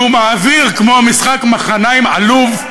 והוא מעביר כמו משחק מחניים עלוב,